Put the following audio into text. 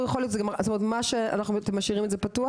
זאת אומרת אתם משאירים את זה פתוח?